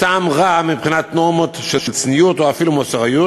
טעם רע מבחינת נורמות של צניעות או אפילו מוסריות,